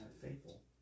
faithful